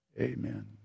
Amen